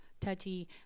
touchy